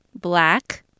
black